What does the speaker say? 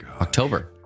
October